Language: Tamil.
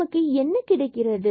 மற்றும் நமக்கு என்ன கிடைக்கிறது